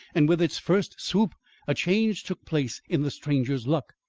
and with its first swoop a change took place in the stranger's luck.